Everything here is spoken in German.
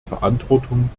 verantwortung